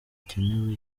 hakenewe